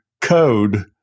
code